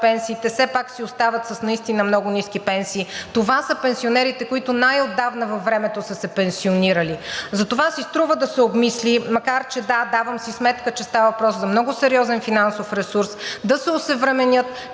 все пак си остават с наистина много ниски пенсии – това са пенсионерите, които най-отдавна във времето са се пенсионирали, затова си струва да се обмисли, макар че да, давам си сметка, че става въпрос за много сериозен финансов ресурс, да се осъвременят